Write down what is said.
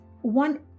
one